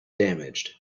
damaged